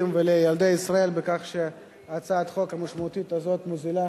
ולילדי ישראל בכך שהצעת החוק המשמעותית הזאת מוזילה